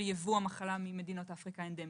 ייבוא המחלה ממדינות אפריקה האנדמיות.